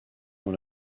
dans